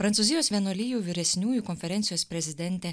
prancūzijos vienuolijų vyresniųjų konferencijos prezidentė